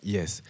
Yes